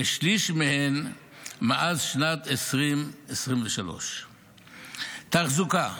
כשליש מהן מאז שנת 2023. תחזוקה,